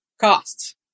costs